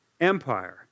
empire